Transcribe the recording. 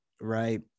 Right